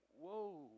whoa